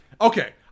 Okay